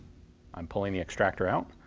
i'm pulling the extractor out.